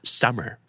summer